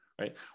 right